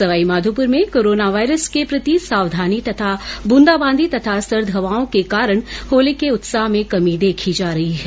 सवाईमाधोपुर में कोरानावायरस के प्रति सावधानी तथा बूंदा बांदी तथा सर्द हवाओं के कारण होली के उत्साह में कमी देखी जा रही है